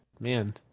man